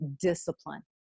discipline